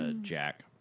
Jack